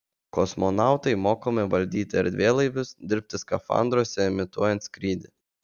kosmonautai mokomi valdyti erdvėlaivius dirbti skafandruose imituojant skrydį